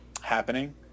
happening